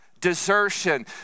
desertion